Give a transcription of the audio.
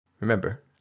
Remember